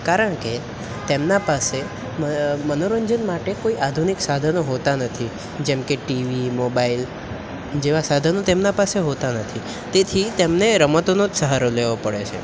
કારણકે તેમના પાસે મનોરંજન માટે કોઈ આધુનિક સાધનો હોતા નથી જેમ કે ટીવી મોબાઈલ જેવા સાધનો તેમના પાસે હોતા નથી તેથી તેમને રમતોનો જ સહારો લેવો પડે છે